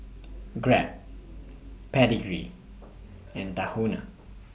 Grab Pedigree and Tahuna